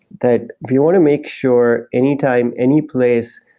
that we want to make sure anytime, anyplace,